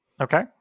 Okay